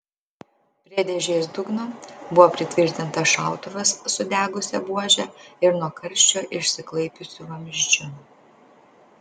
prie dėžės dugno buvo pritvirtintas šautuvas sudegusia buože ir nuo karščio išsiklaipiusiu vamzdžiu